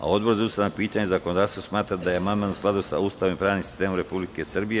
Odbor za ustavna pitanja i zakonodavstvo smatra da je amandman u skladu sa Ustavom i pravnim sistemom Republike Srbije.